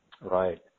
Right